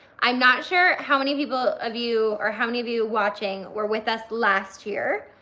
i'm not sure how many people of you, or how many of you watching were with us last year.